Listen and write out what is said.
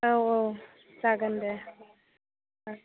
औ औ जागोन दे